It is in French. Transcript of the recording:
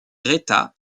greta